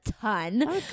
ton